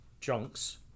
junks